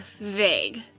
vague